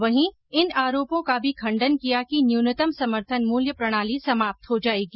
वहीं इन आरोपों का भी खंडन किया कि न्यूनतम समर्थन मूल्य प्रणाली समाप्त हो जाएगी